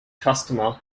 customer